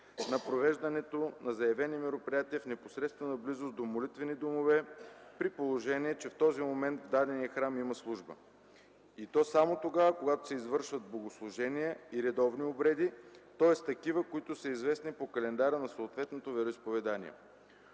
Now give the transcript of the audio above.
на провеждане на заявени мероприятия в непосредствена близост до молитвени домове, при положение че в този момент в дадения храм има служба, и то само тогава, когато се извършват богослужения и редовни обреди, т.е. такива, които са известни по календара на съответното вероизповедание.